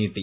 നീട്ടി